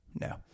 No